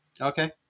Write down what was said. okay